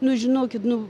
nu žinokit nu